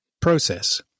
process